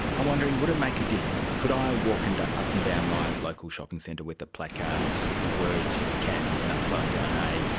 i'm wondering would it make a difference, could i walk and up and down my local shopping centre with a placard, the word cant with an upside down a,